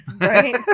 Right